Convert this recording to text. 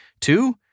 Two